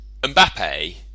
Mbappe